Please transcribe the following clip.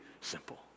simple